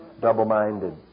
double-minded